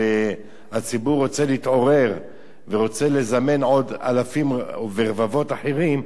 והציבור רוצה להתעורר ורוצה לזמן עוד אלפים ורבבות אחרים,